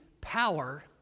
power